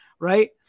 Right